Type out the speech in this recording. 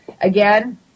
Again